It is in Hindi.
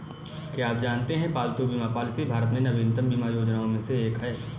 क्या आप जानते है पालतू बीमा पॉलिसी भारत में नवीनतम बीमा योजनाओं में से एक है?